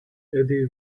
eddie